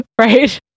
right